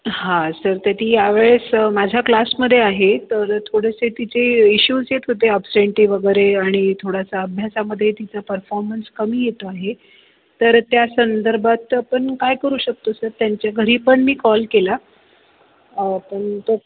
हां सर ती ह्यावेळेस माझ्या क्लासमध्ये आहे तर थोडेसे तिचे इश्यूज येत होते ॲब्सेंटी वगैरे आणि थोडासा अभ्यासामध्ये तिचा परफॉर्मन्स कमी येतो आहे तर त्या संदर्भात आपण काय करू शकतो सर त्यांच्या घरी पण मी कॉल केला अं पण तो